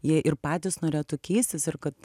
jie ir patys norėtų keistis ir kad